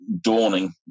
dawning